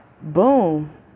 boom